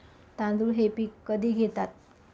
तांदूळ हे पीक कधी घेतात?